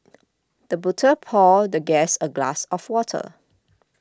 the butler poured the guest a glass of water